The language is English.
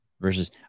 versus